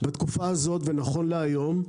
בתקופה הזאת ונכון להיום,